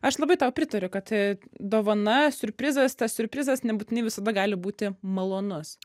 aš labai tau pritariu kad dovana siurprizas tas siurprizas nebūtinai visada gali būti malonus